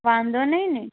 વાંધો નહીં ને